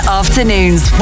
afternoons